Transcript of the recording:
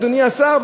אדוני השר,